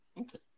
Okay